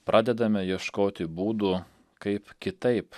pradedame ieškoti būdų kaip kitaip